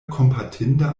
kompatinda